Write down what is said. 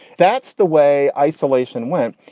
that's the way. isolation went.